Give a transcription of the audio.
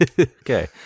Okay